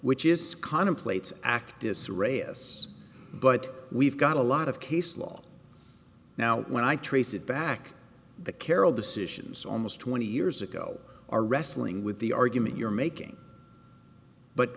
which is contemplates actus reus but we've got a lot of case law now when i trace it back the carol decisions almost twenty years ago are wrestling with the argument you're making but